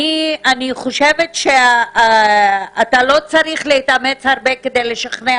אני חושבת שאתה לא צריך להתאמץ הרבה כדי לשכנע